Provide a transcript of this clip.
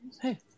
Hey